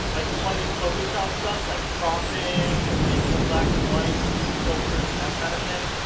like, you want to do photoshop stuff, like cropping and making it black and white, doing filters, and that kind of thing.